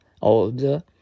old